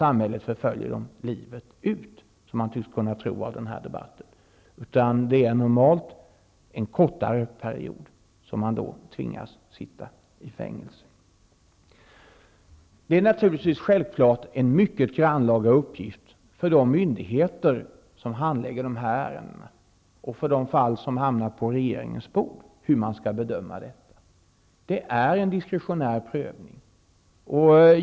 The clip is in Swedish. Samhället förföljer dem ju inte livet ut, som man tycks kunna tro av den här debatten. Det är normalt en kortare period som man tvingas sitta i fängelse. Det är självfallet en mycket grannlaga uppgift för de myndigheter som handlägger dessa ärenden och de fall som hamnar på regeringens bord att göra en bedömning. Det är fråga om en diskretionär prövning.